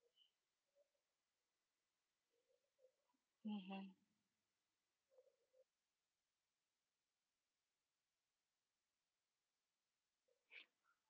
mmhmm